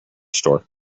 store